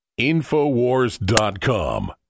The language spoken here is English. InfoWars.com